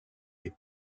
est